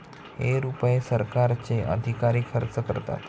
हे रुपये सरकारचे अधिकारी खर्च करतात